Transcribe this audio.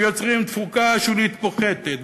שיוצרים תפוקה שולית פוחתת,